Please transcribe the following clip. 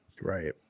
right